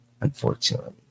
unfortunately